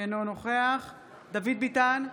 אינו נוכח דוד ביטן,